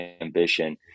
ambition